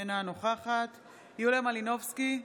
אינה נוכחת יוליה מלינובסקי,